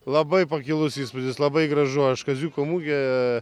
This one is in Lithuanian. labai pakilus įspūdis labai gražu aš kaziuko mugėje